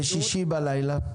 ושישי בלילה?